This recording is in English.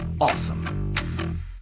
awesome